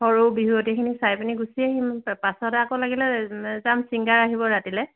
সৰু বিহুৱতীখিনিক চাই পিনি গুচি আহিম পাছত আকৌ লাগিলে যাম চিংগাৰ আহিব ৰাতিলৈ